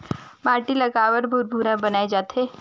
माटी ला काबर भुरभुरा बनाय जाथे?